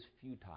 futile